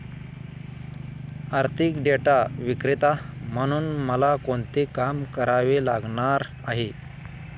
आर्थिक डेटा विक्रेता म्हणून मला कोणते काम करावे लागणार आहे?